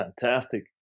Fantastic